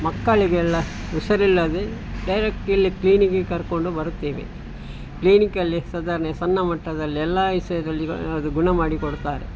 ಮಕ್ಕಳಿಗೆಲ್ಲ ಹುಷರಿಲ್ಲದೆ ಡೈರೆಕ್ಟ್ ಇಲ್ಲಿ ಕ್ಲೀನಿಕಿಗೆ ಕರಕೊಂಡು ಬರುತ್ತೇವೆ ಕ್ಲೀನಿಕಲ್ಲಿ ಸಾಧಾರಣ ಈ ಸಣ್ಣ ಮಟ್ಟದಲ್ಲೆಲ್ಲ ವಿಷಯದಲ್ಲಿ ಈಗ ಅದು ಗುಣ ಮಾಡಿ ಕೊಡ್ತಾರೆ